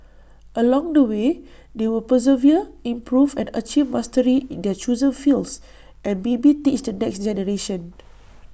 along the way they will persevere improve and achieve mastery in their chosen fields and maybe teach the next generation